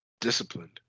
disciplined